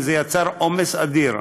וזה יצר עומס אדיר.